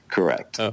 Correct